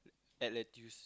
add lettuce